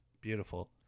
beautiful